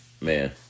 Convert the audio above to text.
Man